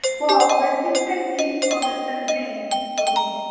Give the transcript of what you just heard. well, resistance is to understand pain, for me.